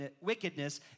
wickedness